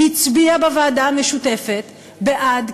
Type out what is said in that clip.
הצביעה בוועדה המשותפת בעד,